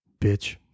Bitch